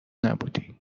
نبودی